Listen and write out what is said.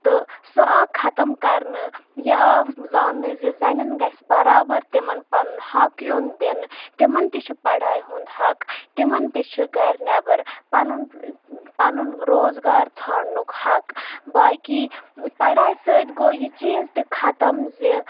تہٕ سُہ آو ختٕم کرنہٕ یہِ آو زاننہٕ زِ زَنٮ۪ن گژھِ برابر تِمن پَنُن حق یُن دِنہٕ تِمن تہِ چھُ پڑایہِ ہُند حق تِمن تہِ چھُ گرِ نٮ۪بر پَنُن پَنُن روزگار ژھاڑنُک حق باقٕے پَڑاے سۭتۍ گوٚو یہِ چیٖز تہِ ختٕم زِ